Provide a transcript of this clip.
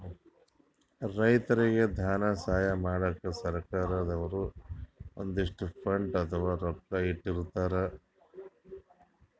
ರೈತರಿಗ್ ಧನ ಸಹಾಯ ಮಾಡಕ್ಕ್ ಸರ್ಕಾರ್ ದವ್ರು ಒಂದಿಷ್ಟ್ ಫಂಡ್ ಅಥವಾ ರೊಕ್ಕಾ ಇಟ್ಟಿರ್ತರ್